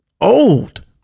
old